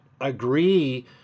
agree